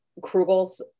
Krugels